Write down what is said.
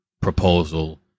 proposal